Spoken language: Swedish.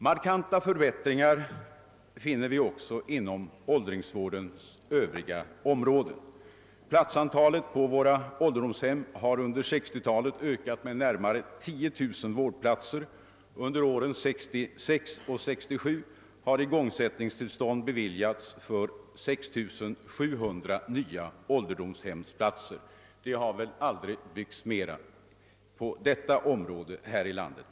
Markanta förbättringar kan också noteras inom åldringsvårdens övriga områden. Platsantalet på våra ålderdomshem har under 1960-talet ökat med närmare 10000 vårdplatser, under åren 1966—1967 har igångsättningstillstånd beviljats för 6 700 nya ålderdomshemsplatser. Det har väl aldrig tidigare byggts mera på detta område här i landet.